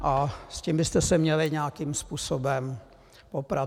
S tím byste se měli nějakým způsobem poprat.